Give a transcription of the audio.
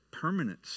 permanence